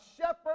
shepherd